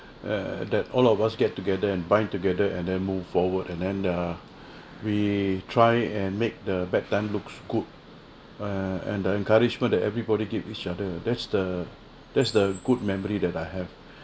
err that all of us get together and bind together and then move forward and then err we try and make the bad time looks good err and the encouragement that everybody keep each other that's the that's the good memory that I have